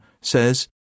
says